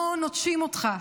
לא נוטשים אותך.